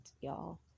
y'all